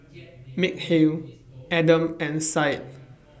Mikhail Adam and Syed